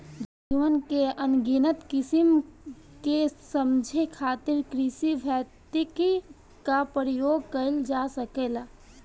जीवन के अनगिनत किसिम के समझे खातिर कृषिभौतिकी क प्रयोग कइल जा सकेला